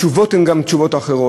התשובות הן גם אחרות.